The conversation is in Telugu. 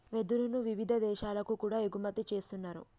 వెదురును వివిధ దేశాలకు కూడా ఎగుమతి చేస్తున్నారు